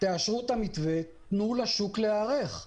תאשרו את המתווה, תנו לשוק להיערך.